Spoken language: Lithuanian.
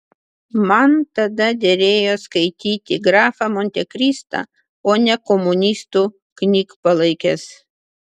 man tada derėjo skaityti grafą montekristą o ne komunistų knygpalaikes